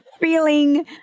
feeling